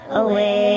away